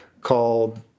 called